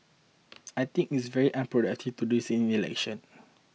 I think it is very unproductive to do this in the election